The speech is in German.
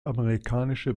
amerikanische